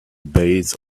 base